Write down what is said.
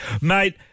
Mate